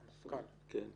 כן.